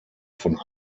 von